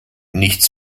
nichts